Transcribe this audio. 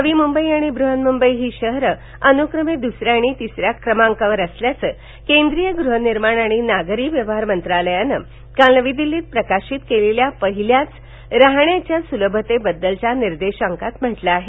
नवी मुंबई आणि ब्हन्मुंबई ही शहरं अनुक्रमे द्सऱ्या आणि तिसऱ्या स्थानावर असल्याचं केंद्रीय गृहनिर्माण आणि नागरी व्यवहार मंत्रालयानं काल नवी दिल्लीत प्रकाशित केलेल्या पहिल्याच राहण्याच्या सुलभतेबद्दलच्या निर्देशांकामध्ये म्हटलं आहे